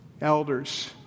Elders